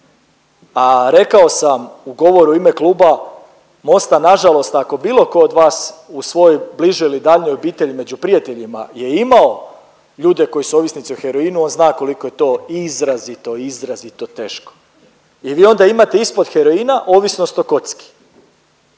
a rekao sam u govoru u ime Kluba MOST-a nažalost ako bilo tko od vas u svojoj bližoj ili daljnjoj obitelji među prijateljima je imao ljude koji su ovisnici o heroinu on zna koliko je to izrazito, izrazito teško. I vi onda imate ispod heroina ovisnost o kocki.